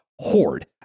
Horde